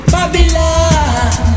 Babylon